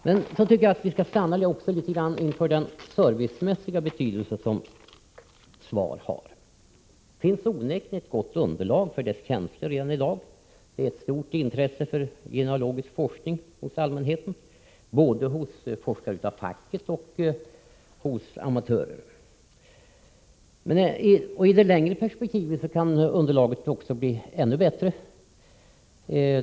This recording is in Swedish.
Men jag tycker, som jag inledningsvis antydde, att vi också något skall stanna inför den servicemässiga betydelse som SVAR har. Det finns onekligen ett gott underlag för SVAR:s tjänster i dag. Det råder ett stort intresse för genealogisk forskning här i landet — både hos forskare av facket och hos amatörer. I det längre perspektivet kan underlaget bli ännu bättre.